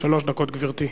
שלוש דקות, גברתי.